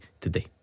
today